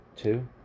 Two